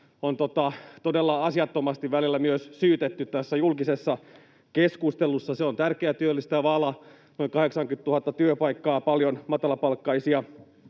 on todella asiattomasti välillä myös syytetty julkisessa keskustelussa. Se on tärkeä työllistävä ala: noin 80 000 työpaikkaa, paljon matalapalkkaisia